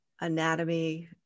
anatomy